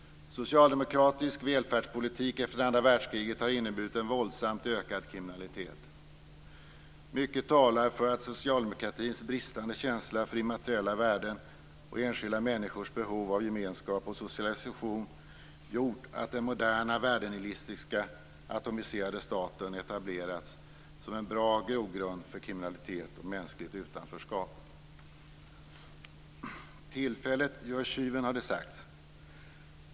Socialdemokratisk välfärdspolitik efter andra världskriget har inneburit en våldsamt ökad kriminalitet. Mycket talar för att socialdemokratins bristande känsla för immateriella värden och för enskilda människors behov av gemenskap och socialisation, har gjort att den moderna, värdenihilistiska, atomiserade staten etablerats som en bra grogrund för kriminalitet och mänskligt utanförskap. Tillfället gör tjuven, har det sagts.